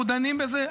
אנחנו דנים בזה,